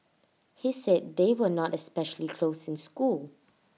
he said they were not especially close in school